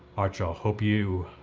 ah right, y'all, hope you,